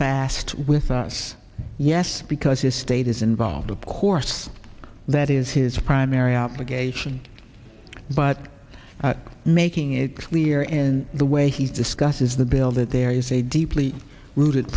fast with us yes because his state is involved of course that is his primary obligation but making it clear in the way he discusses the bill that there is a deeply rooted